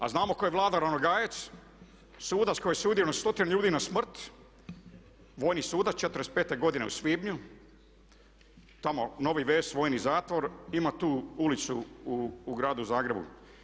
A znamo tko je Vlado Ranogajec, sudac koji je osudio na stotine ljudi na smrt, vojni sudac '45. godine u svibnju, tamo Nova Ves vojni zatvor ima tu ulicu u gradu Zagrebu.